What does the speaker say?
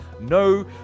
no